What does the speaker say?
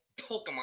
Pokemon